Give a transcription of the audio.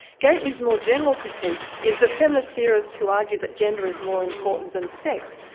gatens' more general critique is that feminist theorists who argue that gender is more important than sex,